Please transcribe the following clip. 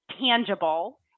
tangible